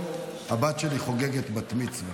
כמה כספים קואליציוניים נסגרו?